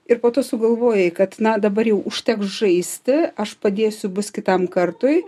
ir po to sugalvojai kad na dabar jau užteks žaisti aš padėsiu bus kitam kartui